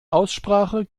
aussprache